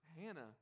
Hannah